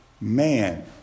man